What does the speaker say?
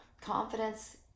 confidence